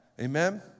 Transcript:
Amen